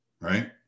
right